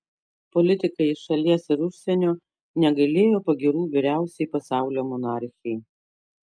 politikai iš šalies ir užsienio negailėjo pagyrų vyriausiai pasaulio monarchei